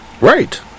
Right